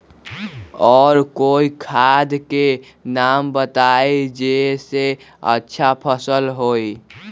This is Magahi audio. और कोइ खाद के नाम बताई जेसे अच्छा फसल होई?